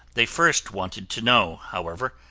they first wanted to know, however,